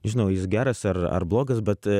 žinau jis geras ar ar blogas bet